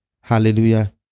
hallelujah